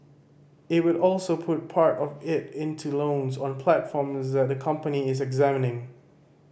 it will also put part of it into loans on platforms that the company is examining